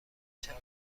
چند